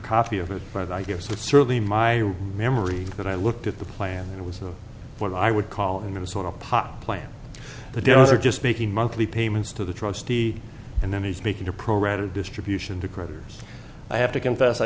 copy of it but i guess that's certainly my memory but i looked at the plan and it was the one i would call and it was on a pop plan the details are just making monthly payments to the trustee and then he's speaking to pro rata distribution to creditors i have to confess i